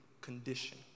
condition